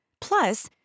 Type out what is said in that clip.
Plus